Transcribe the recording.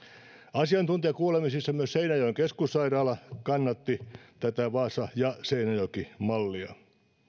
asiantuntijakuulemisessa myös seinäjoen keskussairaala kannatti vaasa ja seinäjoki mallia